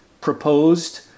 proposed